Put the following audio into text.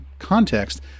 context